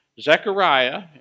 Zechariah